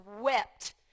wept